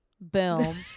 Boom